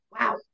Wow